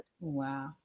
Wow